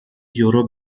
یورو